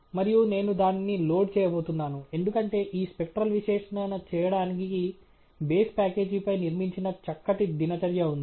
మరియు నేను దానిని లోడ్ చేయబోతున్నాను ఎందుకంటే ఈ స్పెక్ట్రల్ విశ్లేషణ చేయడానికి బేస్ ప్యాకేజీపై నిర్మించిన చక్కటి దినచర్య ఉంది